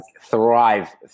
thrive